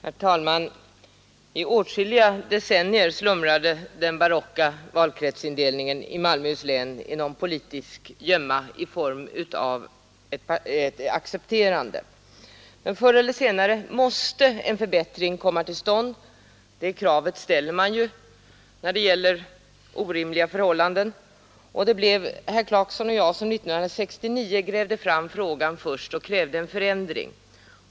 Herr talman! I åtskilliga decennier slumrade frågan om den barocka valkretsindelningen i Malmöhus län i någon politisk gömma i form av ett accepterande. Men förr eller senare måste en förbättring komma till stånd — det kravet ställer man ju när det gäller orimliga förhållanden. Det blev herr Clarkson och jag som 1969 grävde fram frågan och krävde en förändring.